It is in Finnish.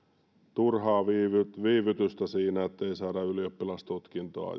turhaa viivytystä viivytystä niin ettei saada ylioppilastutkintoa